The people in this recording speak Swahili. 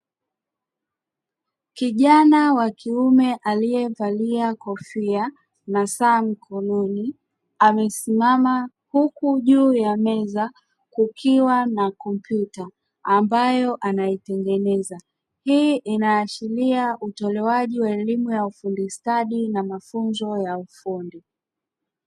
Kijana wa kiume aliyevalia kofia na saa mkononi amesimama huku juu ya meza kukiwa na kompyuta ambayo anayotengeneza, hii inaashiria utoalewaji wa elimu ya ufundi stadi na mafunzo ya ufundi.